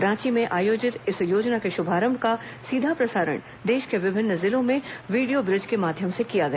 रांची में आयोजित इस योजना के शुभारंभ का सीधा प्रसारण देश के विभिन्न जिलों में वीडियो ब्रिज के माध्यम से किया गया